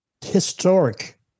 historic